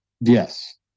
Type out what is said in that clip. Yes